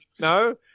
No